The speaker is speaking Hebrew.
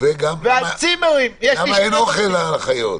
ולמה אין אוכל לחיות.